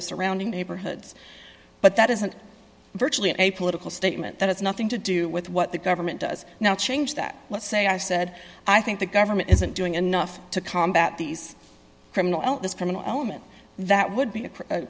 the surrounding neighborhoods but that isn't virtually a political statement that has nothing to do with what the government does not change that let's say i said i think the government isn't doing enough to combat these criminal and this criminal element that would be a